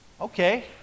Okay